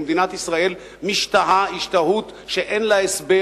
ומדינת ישראל משתהה השתהות שאין לה הסבר